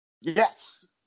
Yes